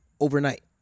Overnight